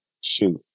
shoot